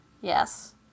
Yes